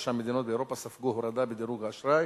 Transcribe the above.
תשע מדינות באירופה ספגו הורדה בדירוג האשראי